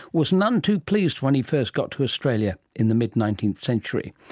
was none too pleased when he first got to australia in the mid nineteenth century.